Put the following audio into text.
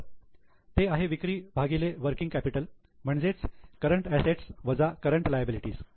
तर ते आहे विक्री भागिले वर्किंग कॅपिटल म्हणजेच करंट असेट्स वजा करंट लायबिलिटी